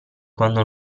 quando